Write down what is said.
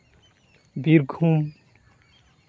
Birbhum